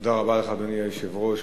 אדוני היושב-ראש,